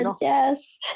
yes